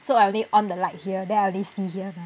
so I only on the light here then I only see here